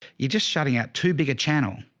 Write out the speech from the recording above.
you just shutting out too big a channel